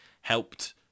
helped